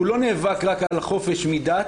הוא לא נאבק רק על החופש מדת,